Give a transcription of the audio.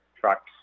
trucks